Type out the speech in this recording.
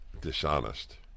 dishonest